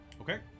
Okay